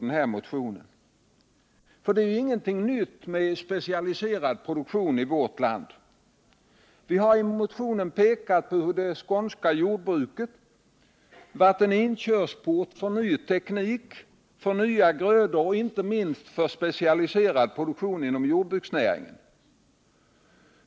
Det är ingenting nytt med specialiserad produktion i vårt land. Vi har i motionen pekat på hur det skånska jordbruket varit en inkörsport för ny teknik, för nya grödor och inte minst för specialiserad produktion inom jordbruksnäringen.